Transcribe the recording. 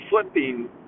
flipping